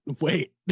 wait